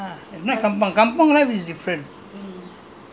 the place to stay ah turf club lah